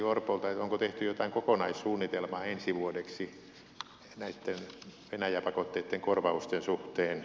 onko tehty jotain kokonaissuunnitelmaa ensi vuodeksi näitten venäjä pakotteitten korvausten suhteen